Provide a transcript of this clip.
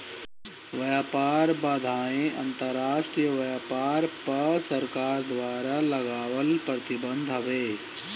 व्यापार बाधाएँ अंतरराष्ट्रीय व्यापार पअ सरकार द्वारा लगावल प्रतिबंध हवे